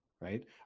Right